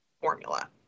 formula